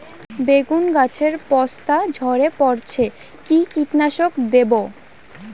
বেগুন গাছের পস্তা ঝরে পড়ছে কি কীটনাশক দেব?